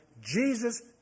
Jesus